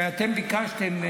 אתם ביקשתם,